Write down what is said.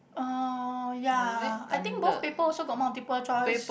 uh ya I think both paper also got multiple choice